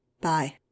Bye